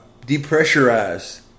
depressurize